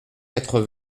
quatre